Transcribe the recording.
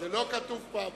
זה לא כתוב פעמיים.